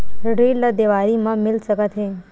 ऋण ला देवारी मा मिल सकत हे